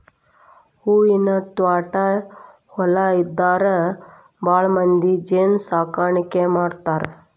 ಹೂವಿನ ತ್ವಾಟಾ ಹೊಲಾ ಇದ್ದಾರ ಭಾಳಮಂದಿ ಜೇನ ಸಾಕಾಣಿಕೆ ಮಾಡ್ತಾರ